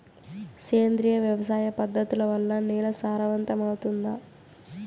సేంద్రియ వ్యవసాయ పద్ధతుల వల్ల, నేల సారవంతమౌతుందా?